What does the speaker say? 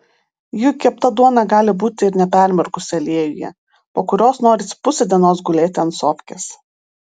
juk kepta duona gali būti ir nepermirkusi aliejuje po kurios norisi pusę dienos gulėti ant sofkės